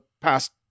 past